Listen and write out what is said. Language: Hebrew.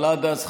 אבל עד אז,